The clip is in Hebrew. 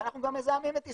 ואנחנו גם מזהמים את ישראל.